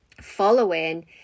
following